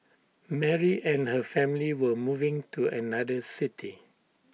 Mary and her family were moving to another city